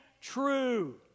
true